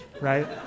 right